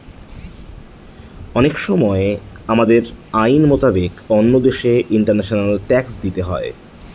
অনেক সময় আমাদের আইন মোতাবেক অন্য দেশে ইন্টারন্যাশনাল ট্যাক্স দিতে হয়